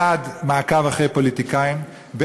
בעד מעקב אחרי פוליטיקאים,